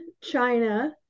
china